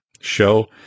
show